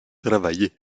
travaillé